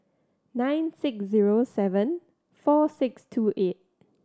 nine six zero seven four six two eight